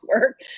work